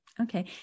Okay